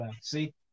See